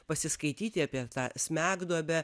pasiskaityti apie tą smegduobę